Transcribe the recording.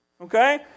Okay